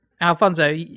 Alfonso